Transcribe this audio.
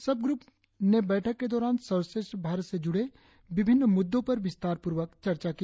सब ग्रुप ने बैठक के दौरान सर्वश्रेष्ठ भारत से जुड़े विभिन्न मुद्दों पर विस्तार पूर्वक चर्चा की